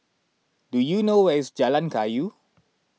do you know where is Jalan Kayu